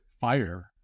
fire